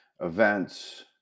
events